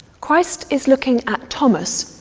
christ is looking at thomas,